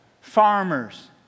farmers